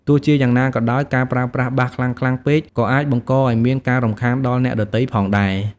ទោះជាយ៉ាងណាក៏ដោយ ការប្រើប្រាស់បាសខ្លាំងៗពេកក៏អាចបង្កឱ្យមានការរំខានដល់អ្នកដទៃផងដែរ។